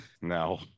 no